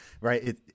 right